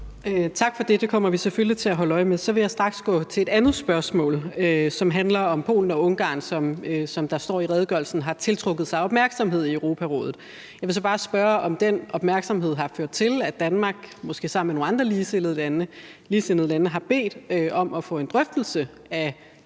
Tak for det. Det kommer vi selvfølgelig til at holde øje med. Så vil jeg straks gå til et andet spørgsmål, som handler om Polen og Ungarn, der, som der står i redegørelsen, har tiltrukket sig opmærksomhed i Europarådet. Jeg vil så bare spørge, om den opmærksomhed har ført til, at Danmark måske sammen med nogle andre ligesindede lande har bedt om at få en drøftelse af de